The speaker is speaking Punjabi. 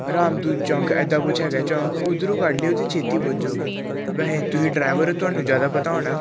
ਰਾਮਦੂਤ ਚੌਂਕ ਐਦਾਂ ਕੁਛ ਹੈਗਾ ਚੌਂਕ ਉੱਧਰੋਂ ਕੱਢ ਲਿਓ ਤੁਸੀਂ ਛੇਤੀ ਪੁੱਜ ਜਾਓਂਗੇ ਵੈਹੇ ਤੁਸੀਂ ਡਰੈਵਰ ਹੋ ਤੁਹਾਨੂੰ ਜ਼ਿਆਦਾ ਪਤਾ ਹੋਣਾ